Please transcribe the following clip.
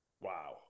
Wow